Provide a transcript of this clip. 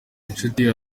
inshuti